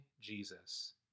Jesus